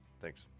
Thanks